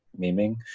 memeing